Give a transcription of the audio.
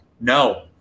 no